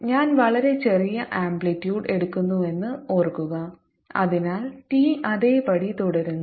ഞാൻ വളരെ ചെറിയ ആംപ്ലിറ്റ്യൂഡ് എടുക്കുന്നുവെന്നത് ഓർക്കുക അതിനാൽ T അതേപടി തുടരുന്നു